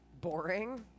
boring